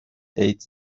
ایدز